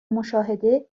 مشاهده